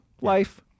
Life